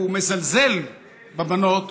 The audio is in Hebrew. הוא מזלזל בבנות.